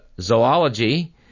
zoology